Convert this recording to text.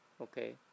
okay